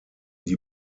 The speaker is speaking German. die